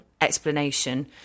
explanation